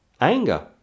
anger